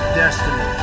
destiny